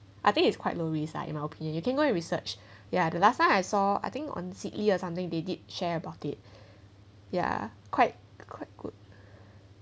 I think it's quite low risk lah in my opinion you can go and research ya the last time I saw I think on seedly or something they did share about it ya quite quite good